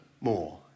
more